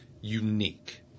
unique